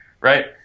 Right